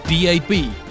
DAB